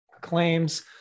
claims